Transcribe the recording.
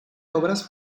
obras